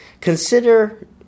consider